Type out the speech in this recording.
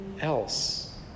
else